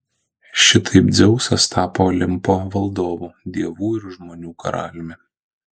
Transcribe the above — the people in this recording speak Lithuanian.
šitaip dzeusas tapo olimpo valdovu dievų ir žmonių karaliumi